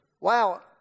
wow